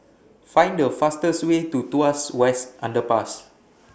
Find The fastest Way to Tuas West Underpass